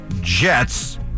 Jets